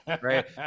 right